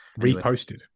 reposted